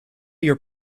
your